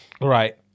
right